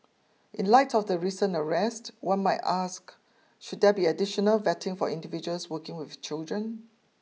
in light of the recent arrest one might ask should there be additional vetting for individuals working with children